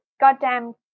goddamn